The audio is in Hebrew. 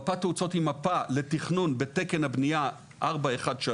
מפת תאוצות היא מפה לתכנון בתקן הבנייה 413,